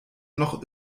noch